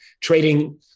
trading